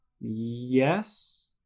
yes